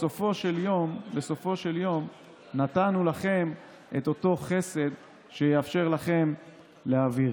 בסופו של יום נתנו לכם את אותו חסד שיאפשר לכם להעביר.